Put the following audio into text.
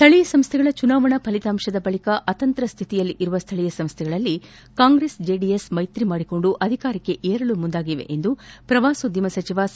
ಸ್ಥಳೀಯ ಸಂಸ್ಥೆಗಳ ಚುನಾವಣಾ ಫಲಿತಾಂಶ ಬಳಿಕ ಅತಂತ್ರ ಸ್ಥಿತಿಯಲ್ಲಿರುವ ಸ್ಥಳೀಯ ಸಂಸ್ಥೆಗಳಲ್ಲಿ ಕಾಂಗ್ರೆಸ್ ಜೆಡಿಎಸ್ ಮೈತ್ರಿ ಮಾಡಿಕೊಂಡು ಅಧಿಕಾರಕ್ಕೆ ಏರಲು ಮುಂದಾಗಿದೆ ಎಂದು ಪ್ರವಾಸೋದ್ಯಮ ಸಚಿವ ಸಾ